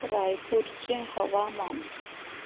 रायपूरचें हवामान